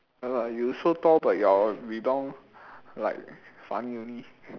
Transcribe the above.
ya lah you so tall but your rebound like funny only